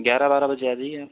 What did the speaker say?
ग्यारह बारह बजे आ जाइए आप